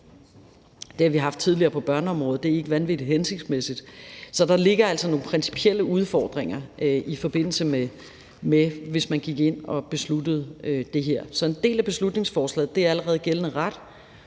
Det har vi haft tidligere på børneområdet, og det er ikke vanvittig hensigtsmæssigt, så der ligger altså nogle principielle udfordringer i forbindelse med det, hvis man gik ind og besluttede det her. Så en del af beslutningsforslaget er allerede gældende ret,